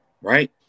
right